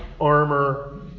armor